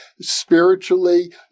spiritually